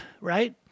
right